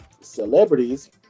celebrities